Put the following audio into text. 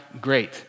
great